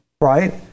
right